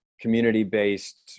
community-based